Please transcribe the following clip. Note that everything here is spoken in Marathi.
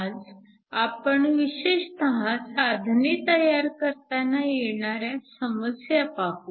आज आपण विशेषतः साधने तयार करताना येणाऱ्या समस्या पाहू